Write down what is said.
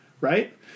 right